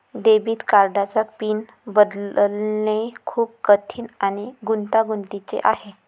debit कार्डचा pin बदलणे खूप कठीण आणि गुंतागुंतीचे आहे